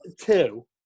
Two